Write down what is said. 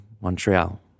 Montreal